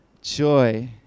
joy